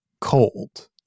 cold